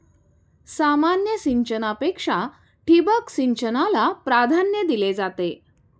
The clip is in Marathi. सामान्य सिंचनापेक्षा ठिबक सिंचनाला प्राधान्य दिले जाते